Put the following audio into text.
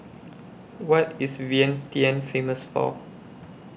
What IS Vientiane Famous For